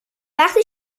وقتی